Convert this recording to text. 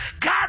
God